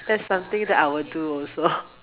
that's something that I will do also